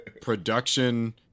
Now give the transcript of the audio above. production